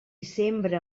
sembre